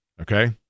Okay